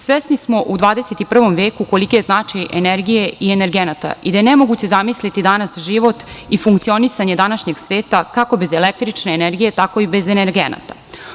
Svesni smo u 21. veku koliki je značaj energije i energenata i da je nemoguće zamisliti danas život i funkcionisanje današnjeg sveta kako bez električne energije, tako i bez energenata.